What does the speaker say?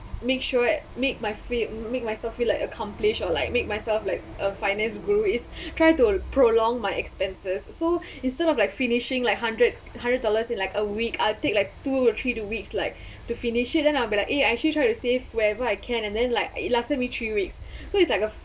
make sure make my free make myself feel like accomplish or like make myself like a finance guru is try to prolong my expenses so instead of like finishing like hundred hundred dollars in like a week I take like two or three two weeks like to finish it and I'll be like eh I actually to save wherever I can and then like last time it's three weeks so it's like a